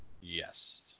Yes